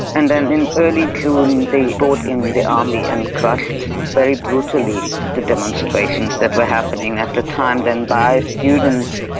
and then in early june they brought in the army and crushed very brutally the demonstrations that were happening at the time then by students.